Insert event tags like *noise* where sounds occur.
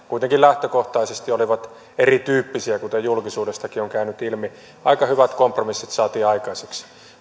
*unintelligible* kuitenkin lähtökohtaisesti olivat erityyppisiä kuten julkisuudestakin on on käynyt ilmi aika hyvät kompromissit saatiin aikaiseksi